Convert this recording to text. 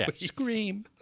scream